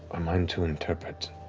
are mine to interpret